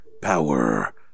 power